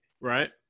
Right